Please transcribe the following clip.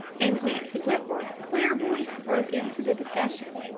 and nancy wentworth's clear voice broke into the discussion.